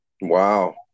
Wow